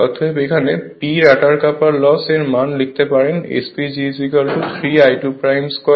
অতএব এখানে p rotor copper loss এর মান লিখতে পারেন SPG 3 I2 2 r2